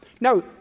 Now